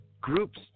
groups